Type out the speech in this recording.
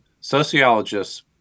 sociologists